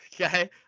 Okay